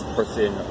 person